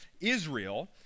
Israel